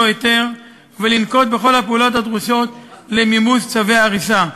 היתר ולנקוט את כל הפעולות הדרושות למימוש צווי ההריסה,